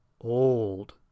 old